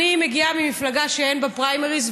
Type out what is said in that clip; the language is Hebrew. אני מגיעה ממפלגה שאין בה פריימריז,